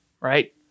right